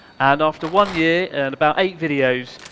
and after one year and about eight videos,